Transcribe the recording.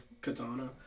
katana